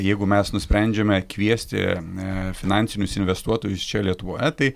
jeigu mes nusprendžiame kviesti finansinius investuotojus čia lietuvoje tai